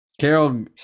Carol